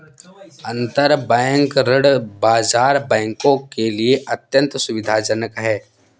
अंतरबैंक ऋण बाजार बैंकों के लिए अत्यंत सुविधाजनक है